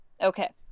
Okay